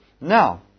Now